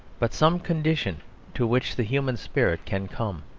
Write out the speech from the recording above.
but some condition to which the human spirit can come.